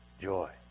Joy